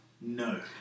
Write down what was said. No